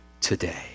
today